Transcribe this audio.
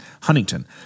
Huntington